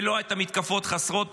לא את המתקפות חסרות